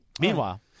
Meanwhile